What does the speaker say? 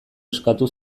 eskatu